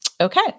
Okay